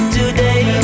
today